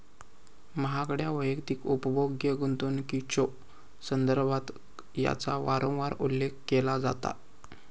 महागड्या वैयक्तिक उपभोग्य गुंतवणुकीच्यो संदर्भात याचा वारंवार उल्लेख केला जाता